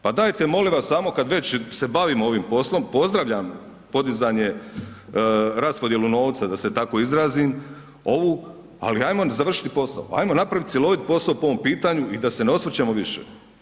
Pa dajte molim vas, samo kad već se bavimo ovim poslom, pozdravlja podizanje raspodjelu novca da se tako izrazim ovu, ali ajmo završiti posao, ajmo napraviti cjelovit posao po ovom pitanju i da se ne osvrćemo više.